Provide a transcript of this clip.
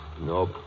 Nope